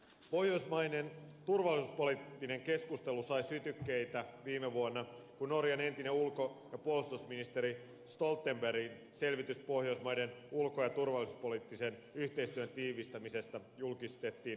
pohjoismainen turvallisuuspoliittinen keskustelu sai sytykkeitä viime vuonna kun norjan entisen ulko ja puolustusministerin stoltenbergin selvitys pohjoismaiden ulko ja turvallisuuspoliittisen yhteistyön tiivistämisestä julkistettiin helmikuussa